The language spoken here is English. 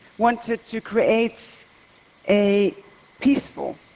wanted to create a peaceful,